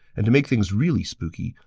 and to make things really spooky,